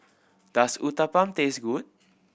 does Uthapam taste good